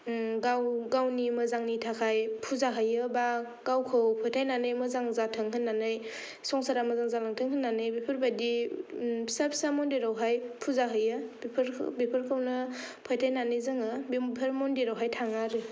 गाव गावनि मोजांनि थाखाय फुजा हैयो बा गावखौ फोथायनानै मोजां जाथों होन्नानै संसारा मोजां जालांथों होन्नानै बेफोरबायदि फिसा फिसा मन्दिर आवहाय फुजा हैयो बेफोर बेफोरखौनो फोथायनानै जोङो बेफोर मन्दिर आवहाय थाङो आरो